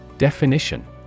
Definition